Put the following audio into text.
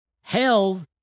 Hell